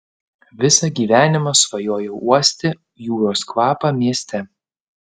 visą gyvenimą svajojau uosti jūros kvapą mieste